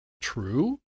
true